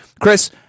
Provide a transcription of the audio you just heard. Chris